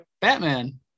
Batman